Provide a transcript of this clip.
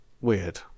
weird